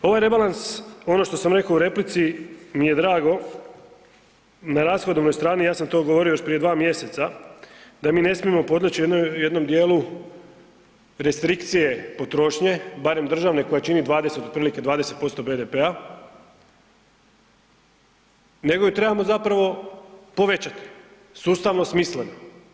Ovaj rebalans, ono što sam rekao u replici, mi je drago na rashodovnoj strani, ja sam to govorio još prije 2 mjeseca da mi ne smijemo podleći jednom dijelu restrikcije potrošnje, barem državne koja čini 20 otprilike 20% BDP-a nego ju trebamo zapravo povećati, sustavno, smisleno.